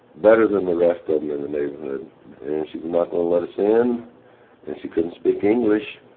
better than the rest of them in the neighborhood, and she was not going to let us in and she couldn't speak english.